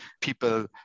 People